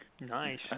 Nice